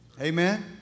Amen